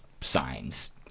signs